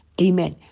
Amen